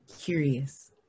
curious